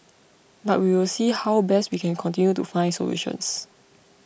but we will see how best we can continue to find solutions